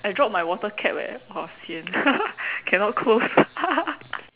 I drop my water cap eh !wah! sian cannot close